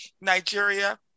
Nigeria